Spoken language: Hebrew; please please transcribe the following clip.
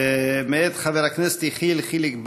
מאת חבר הכנסת יחיאל חיליק בר.